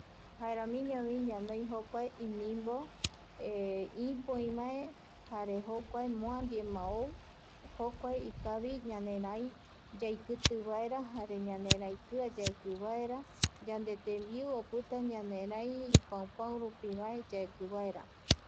Jaeramiñovi ñanoi jokua inimbo ipoivae jare jokua moa ndiema ou jokua ikavi ñanerai yaikitivaera jare ñaneraikia oekivaera yamde tembiu opita ñanerai ipaupaurupi vaoekivaera